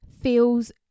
feels